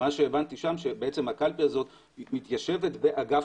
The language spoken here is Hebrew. הבנתי שם שבעצם הקלפי הזאת מתיישבת באגף